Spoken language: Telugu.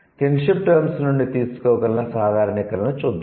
'కిన్షిప్ టర్మ్స్' నుండి తీసుకోగల సాధారణీకరణలను చూద్దాం